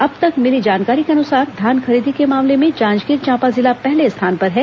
अब तक मिली जानकारी के अनुसार धान खरीदी के मामले में जांजगीर चांपा जिला पहले स्थान पर है